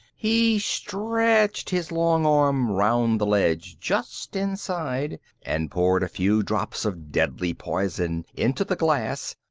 he stretched his long arm round the ledge just inside, and poured a few drops of deadly poison into the glass,